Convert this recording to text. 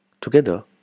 Together